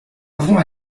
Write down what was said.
vont